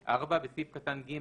התאגיד."; (4)בסעיף קטן (ג),